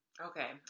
Okay